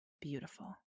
beautiful